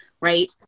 right